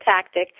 tactic